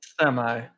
semi